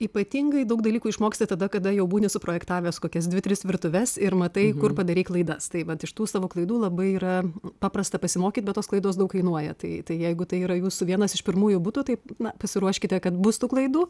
ypatingai daug dalykų išmoksti tada kada jau būni suprojektavęs kokias dvi tris virtuves ir matai kur padarei klaidas tai vat iš tų savo klaidų labai yra paprasta pasimokyt bet tos klaidos daug kainuoja tai tai jeigu tai yra jūsų vienas iš pirmųjų būtų taip na pasiruoškite kad bus tų klaidų